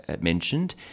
mentioned